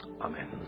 Amen